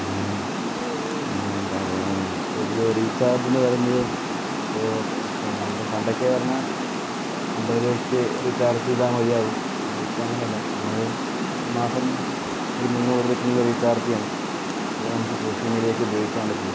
പിന്നെ എന്താ പറയുക ഇതിൽ റീച്ചാർജ് എന്ന് പറയുന്നത് ഇപ്പോൾ ഇപ്പോൾ പണ്ട് പണ്ടൊക്കെ പറഞ്ഞാൽ അമ്പത് രൂപയ്ക്ക് റീച്ചാർജ് ചെയ്താൽ മതിയാകും ഇപ്പം അങ്ങനെയല്ല നമുക്ക് മാസം ഒരു മുന്നൂറ് രൂപയ്ക്കെങ്കിലും റീച്ചാർജ് ചെയ്യണം എങ്കിലേ നമുക്ക് സോഷ്യൽ മീഡിയ ഒക്കെ ഉപയോഗിക്കാൻ പറ്റുള്ളൂ